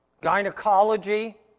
gynecology